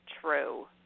true